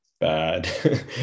bad